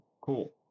cool